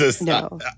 No